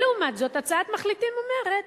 לעומת זאת, הצעת מחליטים אומרת: